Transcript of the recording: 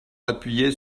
appuyait